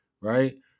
right